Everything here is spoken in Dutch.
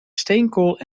steenkool